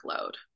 load